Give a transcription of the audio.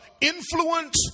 influence